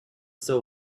still